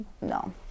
no